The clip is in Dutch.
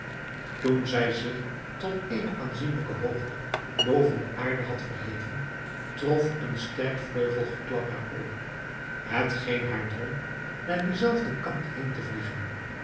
toen zij zich tot eene aanzienlijke hoogte boven de aarde had verheven trof een sterk vleugelgeklap haar gehoor hetgeen haar drong naar dien zelfden kant heen te vliegen